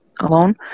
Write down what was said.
alone